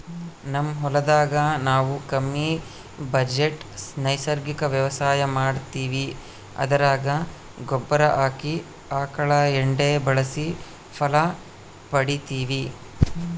ನಮ್ ಹೊಲದಾಗ ನಾವು ಕಮ್ಮಿ ಬಜೆಟ್ ನೈಸರ್ಗಿಕ ವ್ಯವಸಾಯ ಮಾಡ್ತೀವಿ ಅದರಾಗ ಗೊಬ್ಬರ ಆಗಿ ಆಕಳ ಎಂಡೆ ಬಳಸಿ ಫಲ ಪಡಿತಿವಿ